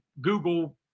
Google